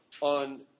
on